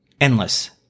endless